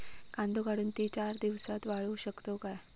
कांदो काढुन ती चार दिवस वाळऊ शकतव काय?